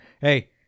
Hey